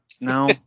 no